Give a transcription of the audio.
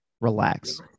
relax